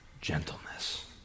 gentleness